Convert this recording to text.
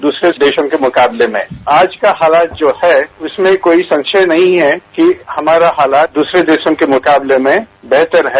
दूसरे देशों के मुकाबले में आज का हालात जो है उसमें कोई संशय नहीं है कि हमारा हालात दूसरे देशों के मुकाबले में बेहतर है